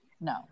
No